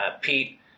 Pete